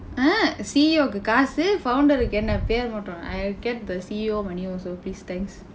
eh C_E_O-kku காசு:kaasu founder க்கு என்ன பெயர் மட்டும்:enna peyar matdum I get the C_E_O my name also please thanks